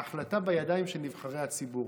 ההחלטה בידיים של נבחרי הציבור,